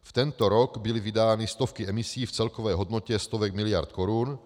V tento rok byly vydány stovky emisí v celkové hodnotě stovek miliard korun.